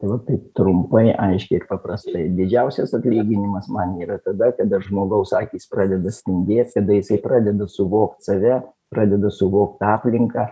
va taip trumpai aiškiai ir paprastai didžiausias atlyginimas man yra tada kada žmogaus akys pradeda spindėt kada jisai pradeda suvokt save pradeda suvokt aplinką